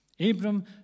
Abram